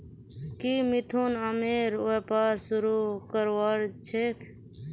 की मिथुन आमेर व्यापार शुरू करवार छेक